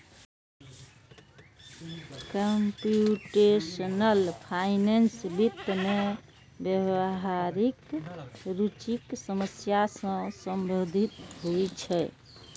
computational finance वित्त मे व्यावहारिक रुचिक समस्या सं संबंधित होइ छै